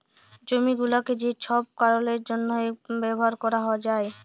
জমি গুলাকে যে ছব কারলের জ্যনহে ব্যাভার ক্যরা যায়